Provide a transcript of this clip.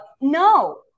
no